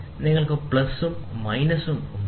നിങ്ങൾക്ക് പ്ലസും മൈനസും ഉണ്ടാകാം